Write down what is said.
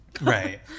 right